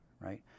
right